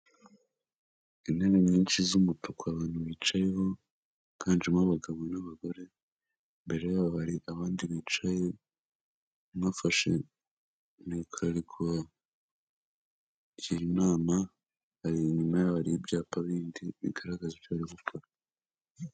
Intebe nyinshi z'umutuku abantu bicayeho biganjemo abagabo n'abagore imbere yabo hari abandi bicaye umwe afashe mikoro ari kubagira inama, inyuma yabo hari ibyapa bindi bigaragaza ibyo bari gukora.